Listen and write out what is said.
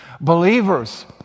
Believers